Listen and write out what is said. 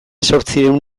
zortziehun